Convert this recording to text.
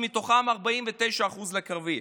מתוכם 49% לקרבי,